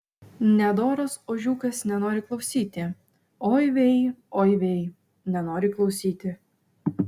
nedoras ožiukas nenori klausyti oi vei oi vei nenori klausyti